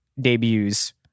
debuts